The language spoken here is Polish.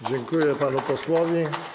Dziękuję panu posłowi.